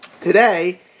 Today